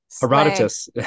Herodotus